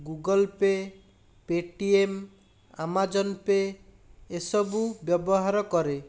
Google Pay' Paytm Amazon Pay' ଏସବୁ ବ୍ୟବହାର କରେ